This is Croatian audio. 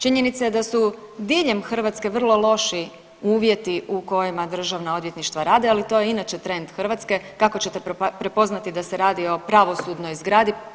Činjenica je da su diljem Hrvatske vrlo loši uvjeti u kojima državna odvjetništva rade, ali to je inače trend Hrvatske kako ćete prepoznati da se radi o pravosudnoj zgradi?